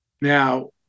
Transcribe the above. Now